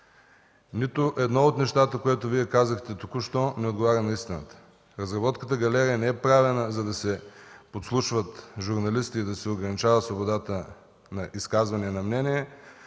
Нито едно от нещата, които Вие току-що казахте, не отговаря на истината. Разработката „Галерия” не е правена, за да се подслушват журналисти и да се ограничава свободата на изказвания на мнения,